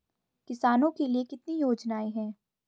किसानों के लिए कितनी योजनाएं हैं?